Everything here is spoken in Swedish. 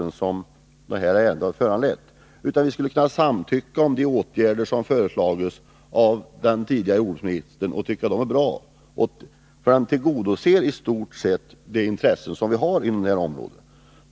Vi skulle ha kunnat enas om att de åtgärder som har föreslagits av den tidigare jordbruksministern är bra för att tillgodose de intressen som finns på detta område.